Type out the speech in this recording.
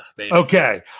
okay